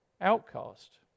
outcast